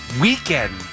weekend